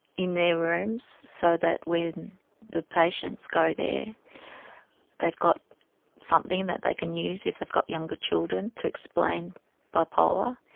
in their rooms, so that when the patients go there they've got something that they can use, if they've got younger children, to explain bipolar. i